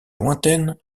lointaine